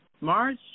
March